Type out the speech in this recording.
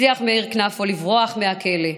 הצליח מאיר כנפו לברוח מהכלא,